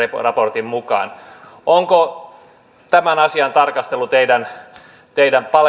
raportin mukaan onko tämän asian tarkastelu teidän paletissanne kun yritätte